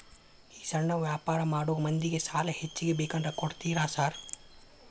ಈ ಸಣ್ಣ ವ್ಯಾಪಾರ ಮಾಡೋ ಮಂದಿಗೆ ಸಾಲ ಹೆಚ್ಚಿಗಿ ಬೇಕಂದ್ರ ಕೊಡ್ತೇರಾ ಸಾರ್?